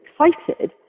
excited